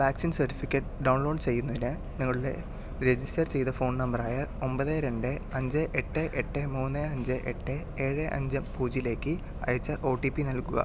vaccine certificate download ചെയ്യുന്നതിന് നിങ്ങളുടെ register ചെയ്ത ഫോൺ നമ്പറായ ഒമ്പത് രണ്ട് അഞ്ച് എട്ട് എട്ട് മൂന്ന് അഞ്ച് എട്ട് ഏഴ് അഞ്ച് പൂജ്യലേക്ക് അയച്ച ഒ റ്റി പി നൽകുക